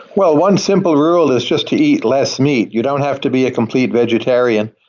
well, one simple rule is just to eat less meat. you don't have to be a complete vegetarian,